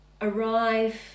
arrive